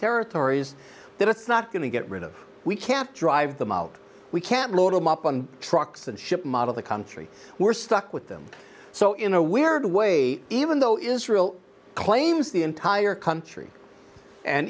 territories that it's not going to get rid of we can't drive them out we can't load them up on trucks and ship model the country we're stuck with them so in a weird way even though israel claims the entire country and